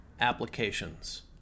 Applications